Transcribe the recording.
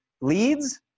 leads